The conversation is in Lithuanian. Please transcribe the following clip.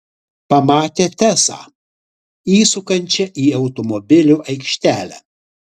pamatė tesą įsukančią į automobilių aikštelę